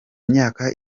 myaka